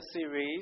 series